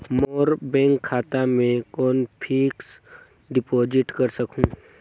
मोर bank खाता मे कौन फिक्स्ड डिपॉजिट कर सकहुं?